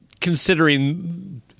considering